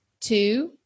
two